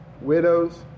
widows